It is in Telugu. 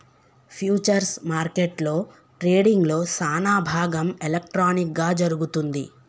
ఫ్యూచర్స్ మార్కెట్లో ట్రేడింగ్లో సానాభాగం ఎలక్ట్రానిక్ గా జరుగుతుంది